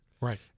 right